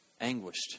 anguished